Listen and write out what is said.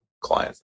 clients